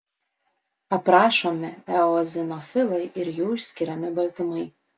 aprašomi eozinofilai ir jų išskiriami baltymai